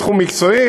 בתחום מקצועי,